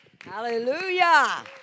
Hallelujah